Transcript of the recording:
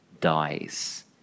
dies